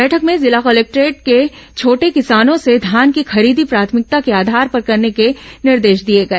बैठक में जिला कलेक्टरों को छोटे किसानों से धान की खरीदी प्राथमिकता के आधार पर करने के निर्देश दिए गए